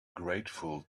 grateful